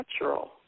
natural